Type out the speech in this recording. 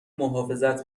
محافظت